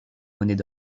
monnaies